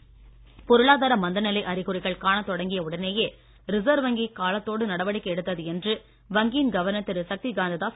reserve வங்கி பொருளாதார மந்த நிலை அறிகுறிகள் காணத் தொடங்கிய உடனேயே ரிசர்வ் வங்கி காலத்தோடு நடவடிக்கை எடுத்தது என்று வங்கியின் கவர்னர் திரு சக்திகாந்த தாஸ்